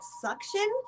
suction